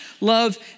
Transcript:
love